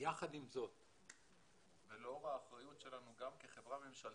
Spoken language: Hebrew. יחד עם זאת ולאור האחריות שלנו גם כחברה ממשלתית,